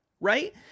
right